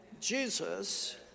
Jesus